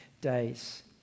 days